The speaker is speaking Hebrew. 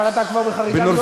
אבל אתה כבר בחריגה גדולה.